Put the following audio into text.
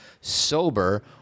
sober